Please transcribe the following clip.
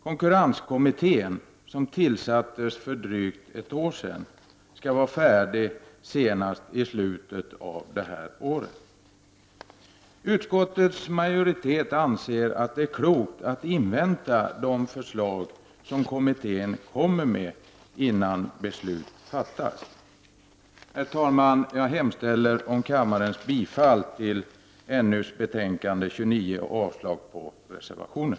Konkurrenskommittén, som tillsattes för drygt ett år sedan, skall vara färdig senast i slutet av detta år. Utskottets majoritet anser att det är klokt att invänta de förslag som kommittén kommer med innan beslut fattas. Herr talman! Jag yrkar bifall till hemställan i näringsutskottets betänkande nr 29 och avslag på reservationen.